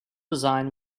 design